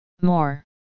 more